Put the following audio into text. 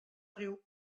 riu